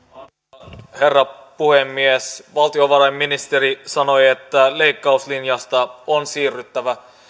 arvoisa herra puhemies valtiovarainministeri sanoi että leikkauslinjasta on siirryttävä